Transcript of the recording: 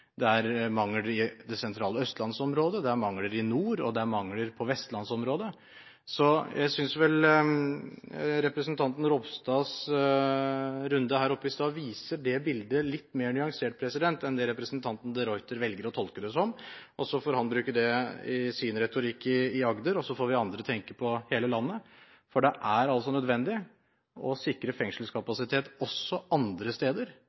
i det sentrale østlandsområdet, det er mangel i nord, og det er mangel i vestlandsområdet. Jeg synes representantens Ropstads runde her i stad viser det bildet litt mer nyansert enn det representanten de Ruiter velger å tolke det som. Han får bruke det i sin retorikk i Agder, og så får vi andre tenke på hele landet, for det er altså nødvendig å sikre fengselskapasitet også andre steder